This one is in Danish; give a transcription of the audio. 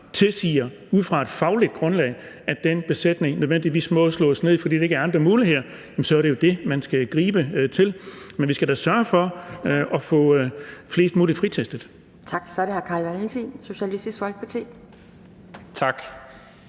ting, som ud fra et fagligt grundlag tilsiger, at den besætning nødvendigvis må slås ned, fordi der ikke er andre muligheder, jamen så er det jo det, man skal gribe til. Men vi skal da sørge for at få flest muligt fritestet.